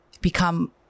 become